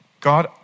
God